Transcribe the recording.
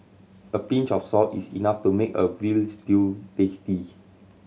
a pinch of salt is enough to make a veal stew tasty